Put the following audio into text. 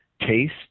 taste